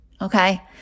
Okay